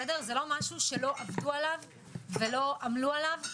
זה לא משהו שלא עבדו עליו ולא עמלו עליו,